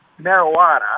marijuana